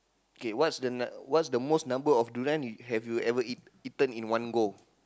okay what's the what's the most number of durian you have you ever eat eaten in one go